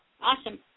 Awesome